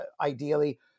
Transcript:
ideally